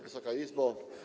Wysoka Izbo!